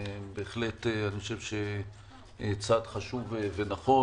בהחלט אני חושב שזה צעד חשוב ונכון.